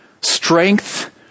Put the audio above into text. strength